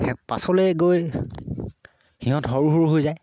পাছলৈ গৈ সিহঁত সৰু সৰু হৈ যায়